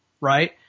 right